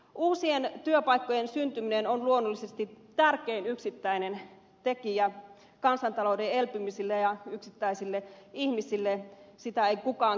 uusien työpaikkojen syntyminen on luonnollisesti tärkein yksittäinen tekijä kansantalouden elpymiselle ja yksittäisille ihmisille sitä ei kukaan kiistä